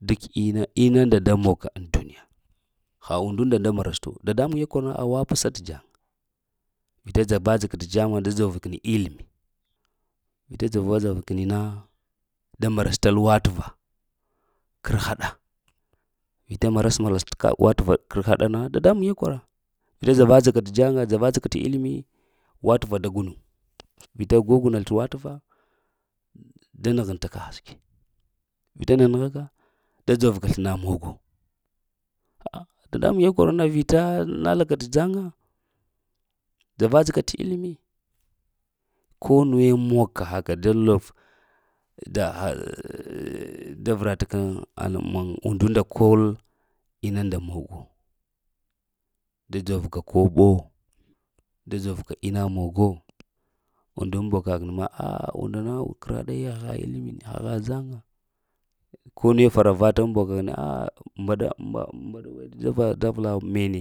Duk ina ina nda da mog ka ŋ doniya na ha undu nda marastu. Dadamuŋe kor na awa psa t jaŋa, vita dzava-dzava ka t jaŋa da dzovka t ilmi, vita dzava-dzava kini na da marasta watva kərhada vita maras-maral t watəva kərhaɗana dadamuŋe kwara vita dzara-dzara ka t jaŋa djava-dzava ka t illimi, wativa da gunu, vita gwaguna t wativa, da nəhentaka haske, vita nanəhaka da dzov ka t slna mogo, a dada muŋe kor na vita lalaka t jaŋa dzava-dzava ka t ilimi, ko nuwe mog ka haka ɗa zluv da ha da vrat ka aləŋ undu nda kol inu nda mogu. Da dzov ka koɓo, da dzov ka ina mogo undən bogahini ma, "a" und na gradiya ha illimi, ha jaŋa, kone faravataŋ boga hini "a" mbaɗa wede da vla mene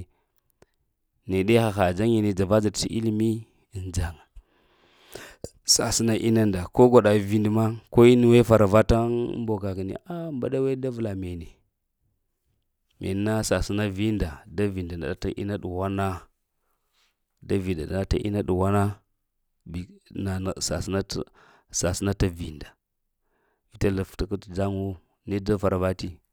neɗe haha jari ni, dzava-dzava t illimi ŋ jaŋa sasəna inu nda ko gwaɗa vindu ma, ko nuwe faravata ŋ boga həni a' mbaɗa weɗe da vla mene, menna sasəna vinda, da vinda ɗa t innu nda ɗughwana, da vinda ɗa ta inunda ɗughwana, nanə sasəna t sasəna t vinda zlav dadamuŋ wo ne da faravati